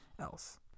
else